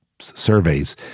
surveys